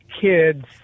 kids